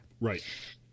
right